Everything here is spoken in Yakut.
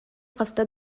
хаста